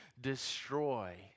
destroy